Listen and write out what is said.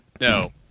no